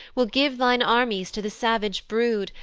will give thine armies to the savage brood,